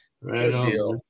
Right